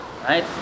right